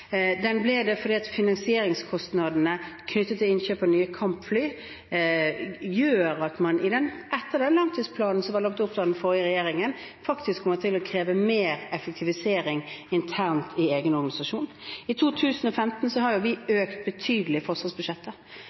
Finansieringskostnadene knyttet til innkjøp av nye kampfly gjør at man – etter den langtidsplanen som var lagt av den forrige regjeringen – kommer til å kreve mer effektivisering internt i egen organisasjon. I 2015 økte vi forsvarsbudsjettet betydelig, og i 2016 har vi lagt opp til 9,4 pst. økning. I